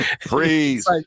freeze